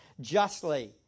justly